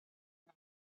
you